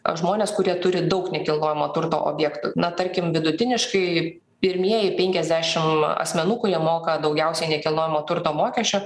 a žmonės kurie turi daug nekilnojamo turto objektų na tarkim vidutiniškai pirmieji penkiasdešimt asmenų kurie moka daugiausiai nekilnojamo turto mokesčio